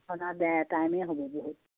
টাইমে হ'ব বহুত